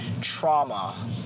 trauma